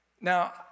Now